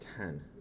ten